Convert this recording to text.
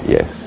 Yes